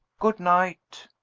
good-night.